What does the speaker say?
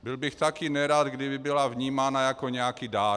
Byl bych také nerad, kdyby byla vnímána jako nějaký dárek.